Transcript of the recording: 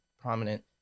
prominent